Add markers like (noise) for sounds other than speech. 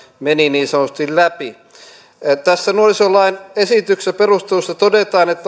meni niin sanotusti läpi nuorisolain esityksen perusteluissa todetaan että (unintelligible)